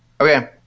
Okay